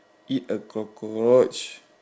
eat a cockroach